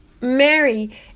Mary